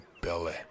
belly